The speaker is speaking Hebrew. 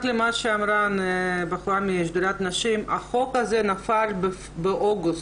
למה שנאמר - החוק הזה נפל באוגוסט.